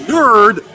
Nerd